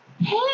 hey